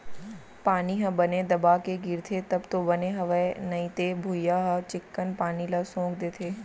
पानी ह बने दबा के गिरथे तब तो बने हवय नइते भुइयॉं ह चिक्कन पानी ल सोख देथे